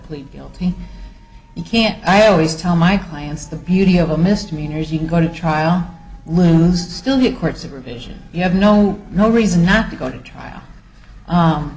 plead guilty you can't i always tell my clients the beauty of a mr manners you can go to trial lose still the court supervision you have no no reason not to go to trial